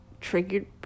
triggered